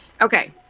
okay